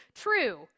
true